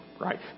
right